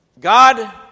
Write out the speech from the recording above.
God